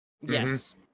Yes